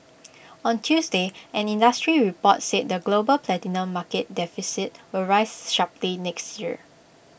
on Tuesday an industry report said the global platinum market deficit will rise sharply next year